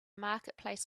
marketplace